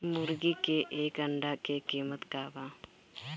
मुर्गी के एक अंडा के कीमत का बा?